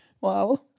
Wow